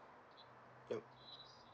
oh